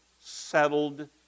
settled